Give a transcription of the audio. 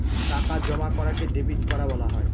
টাকা জমা করাকে ডেবিট করা বলা হয়